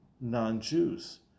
non-Jews